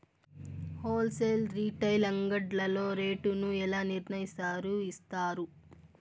Whole sale retail అంగడ్లలో rate ను ఎలా నిర్ణయిస్తారు యిస్తారు?